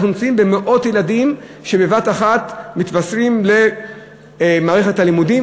מאות ילדים בבת-אחת מתווספים למערכת הלימודים.